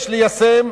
יש ליישם,